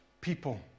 people